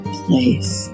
place